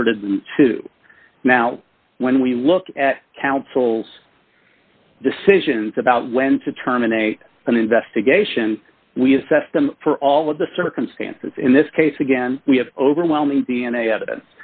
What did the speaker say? alerted to now when we look at counsel decisions about when to terminate an investigation we assess them for all of the circumstances in this case again we have overwhelming d n a evidence